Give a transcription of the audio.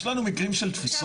יש לנו מקרים של תפיסות